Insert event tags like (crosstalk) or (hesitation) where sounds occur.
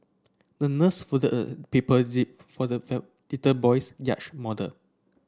the nurse folded (hesitation) paper jib for the (unintelligible) little boy's yacht model